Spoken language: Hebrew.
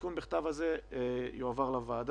העדכון בכתב הזה יועבר לוועדה.